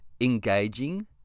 engaging